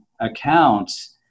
accounts